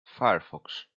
firefox